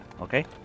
okay